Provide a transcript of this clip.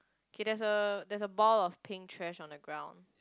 okay there is a there is a ball of pink trash on the ground